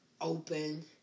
open